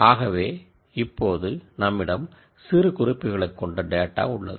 ஆகவே இப்போது நம்மிடம் அன்னோட்டேட்டட் டேட்டா அதாவது சிறுகுறிப்புகளைக்கொண்ட டேட்டா உள்ளது